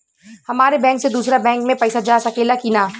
हमारे बैंक से दूसरा बैंक में पैसा जा सकेला की ना?